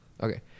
Okay